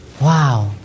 wow